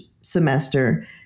semester